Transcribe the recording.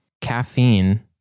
caffeine